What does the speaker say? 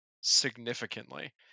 significantly